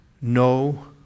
no